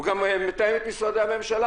הוא גם מתאם את משרדי הממשלה,